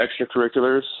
extracurriculars